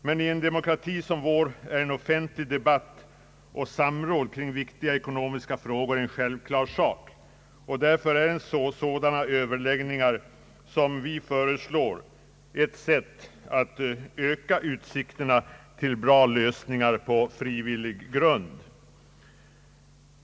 Men i en demokrati som vår är en offentlig debatt och samråd kring viktiga ekonomiska frågor en självklar sak. Därför är sådana överläggningar som vi föreslår ett sätt att öka utsikterna till goda lösningar på frivillig grund.